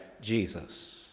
Jesus